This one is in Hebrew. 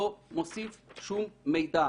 אני מאוניברסיטת תל-אביב.